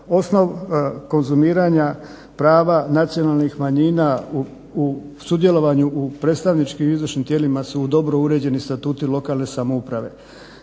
Osnov konzumiranja prava nacionalnih manjina u sudjelovanju u predstavničkim i izvršnim tijelima su dobro uređeni statuti lokalne samouprave.